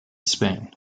spain